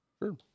Sure